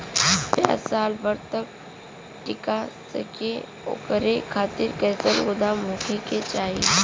प्याज साल भर तक टीका सके ओकरे खातीर कइसन गोदाम होके के चाही?